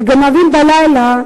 כגנבים בלילה,